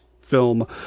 film